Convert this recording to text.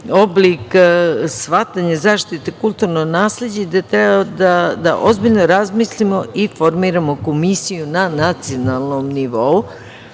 oblik shvatanja zaštite kulturnog nasleđa, da ozbiljno razmislimo i formiramo komisiju na nacionalnom nivou,